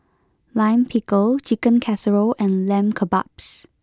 Lime Pickle Chicken Casserole and Lamb Kebabs